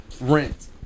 rent